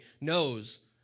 knows